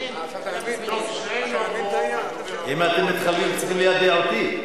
רואה דברים שלעתים צריך ללמוד מהם.